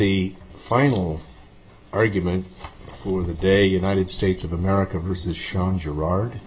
the final argument for the day united states of america versus shawn girard